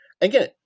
again